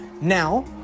Now